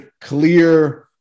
clear